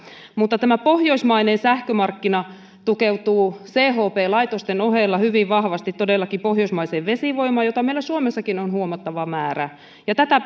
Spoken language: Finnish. mutta tämä pohjoismainen sähkömarkkina tukeutuu chp laitosten ohella hyvin vahvasti todellakin pohjoismaiseen vesivoimaan jota meillä suomessakin on huomattava määrä ja tätä